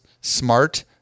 smart